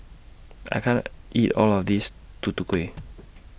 I can't eat All of This Tutu Kueh